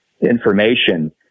information